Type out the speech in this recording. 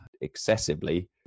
excessively